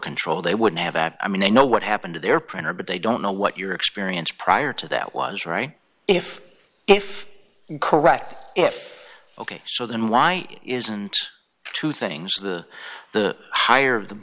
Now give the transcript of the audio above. control they wouldn't have that i mean they know what happened there printer but they don't know what your experience prior to that was right if if correct if ok so then why isn't two things the the higher the